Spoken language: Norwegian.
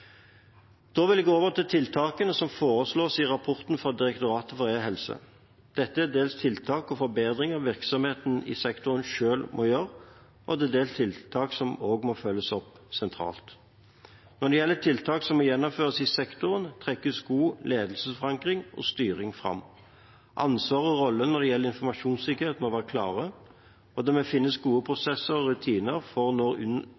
Da vil jeg gå over til tiltakene som foreslås i rapporten fra Direktoratet for e-helse. Dette er dels tiltak og forbedringer virksomheter i sektoren selv må gjøre, og dels tiltak som må følges opp sentralt. Når det gjelder tiltak som må gjennomføres i sektoren, trekkes god ledelsesforankring og styring fram. Ansvar og roller når det gjelder informasjonssikkerhet, må være klare, og det må finnes gode prosesser og rutiner for